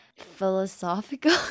philosophical